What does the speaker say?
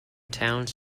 towns